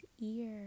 ear